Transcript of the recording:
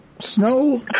Snow